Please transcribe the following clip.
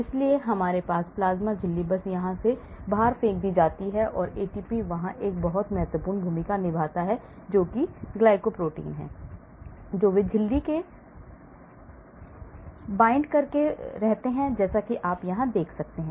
इसलिए हमारे पास प्लाज्मा झिल्ली बस यहां से बाहर फेंक दी जाती है इसलिए ATP यहां एक बहुत महत्वपूर्ण भूमिका निभाता है जो कि P glycoprotein है जो वे झिल्ली से बंधे होते हैं जैसा कि आप यहां देख सकते हैं